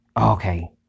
Okay